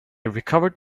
recovered